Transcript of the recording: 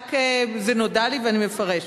זה נודע לי ואני מפרשת.